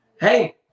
Hey